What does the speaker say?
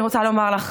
אני רוצה לומר לך,